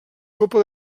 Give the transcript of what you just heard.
copa